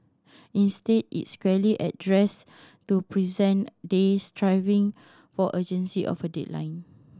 instead it's squarely addressed to present day striving for urgency of a headline